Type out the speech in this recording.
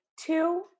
Two